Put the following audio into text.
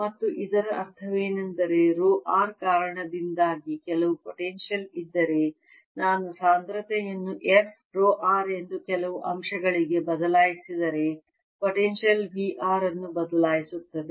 ಮತ್ತು ಇದರ ಅರ್ಥವೇನೆಂದರೆ ರೋ r ಕಾರಣದಿಂದಾಗಿ ಕೆಲವು ಪೊಟೆನ್ಶಿಯಲ್ ಇದ್ದರೆ ನಾನು ಸಾಂದ್ರತೆಯನ್ನು f ರೋ r ಎಂದು ಕೆಲವು ಅಂಶಗಳಿಗೆ ಬದಲಾಯಿಸಿದರೆ ಪೊಟೆನ್ಶಿಯಲ್ V r ಅನ್ನು ಬದಲಾಯಿಸುತ್ತದೆ